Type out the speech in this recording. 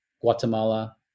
Guatemala